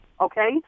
okay